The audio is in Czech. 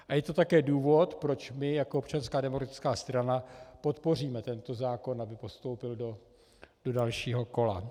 A je to také důvod, proč my jako Občanská demokratická strana podpoříme tento zákon, aby postoupil do dalšího kola.